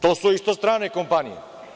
To su isto strane kompanije.